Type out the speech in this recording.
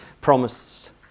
promises